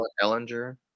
Ellinger